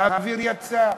האוויר יצא,